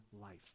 life